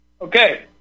Okay